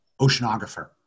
oceanographer